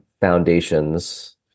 foundations